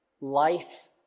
life